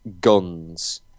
guns